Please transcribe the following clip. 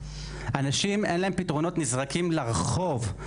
אנשים אין להם פתרונות נזרקים לרחוב,